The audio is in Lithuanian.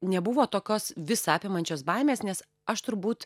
nebuvo tokios visa apimančios baimės nes aš turbūt